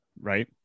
right